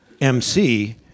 MC